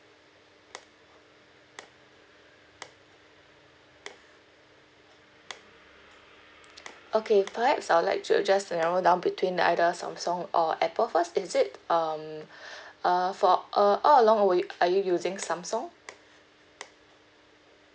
okay perhaps I'll like to just you know down between the either Samsung or Apple first is it um uh for uh all along were you are you using Samsung